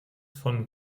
von